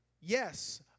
Yes